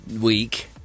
week